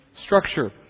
structure